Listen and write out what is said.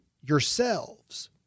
yourselves